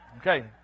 Okay